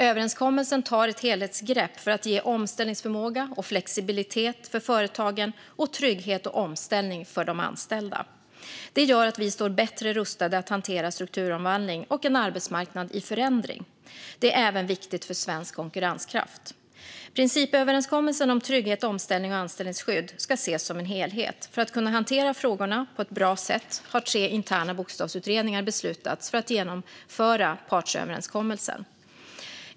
Överenskommelsen tar ett helhetsgrepp för att ge omställningsförmåga och flexibilitet för företagen och trygghet och omställning för de anställda. Det gör att vi står bättre rustade att hantera strukturomvandling och en arbetsmarknad i förändring. Det är även viktigt för svensk konkurrenskraft. Principöverenskommelsen om trygghet, omställning och anställningsskydd ska ses som en helhet. För att kunna hantera frågorna på ett bra sätt har tre interna bokstavsutredningar beslutats för att genomföra partsöverenskommelsen.